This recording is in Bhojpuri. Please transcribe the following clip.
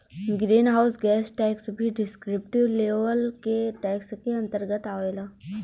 ग्रीन हाउस गैस टैक्स भी डिस्क्रिप्टिव लेवल के टैक्स के अंतर्गत आवेला